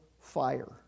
fire